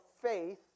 faith